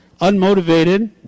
unmotivated